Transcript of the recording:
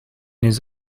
his